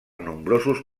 nombrosos